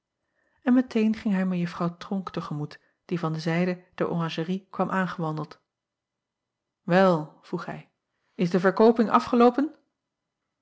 n meteen ging hij ejuffrouw ronck te gemoet die van de zijde der oranjerie kwam aangewandeld el vroeg hij is de verkooping afgeloopen